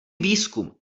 výzkum